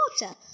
water